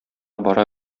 бара